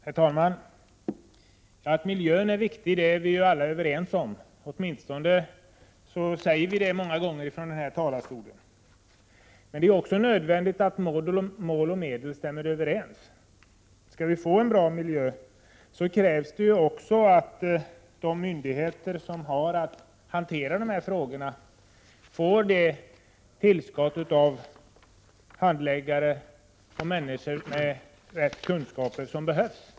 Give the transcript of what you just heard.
Herr talman! Att miljön är viktig är vi alla överens om — åtminstone säger vi det många gånger från denna talarstol. Men det är också nödvändigt att mål och medel stämmer överens. Skall miljön bli bra krävs det också att de myndigheter som har att hantera dessa frågor får det tillskott av handläggare och människor med rätta kunskaper som behövs.